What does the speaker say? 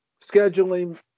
scheduling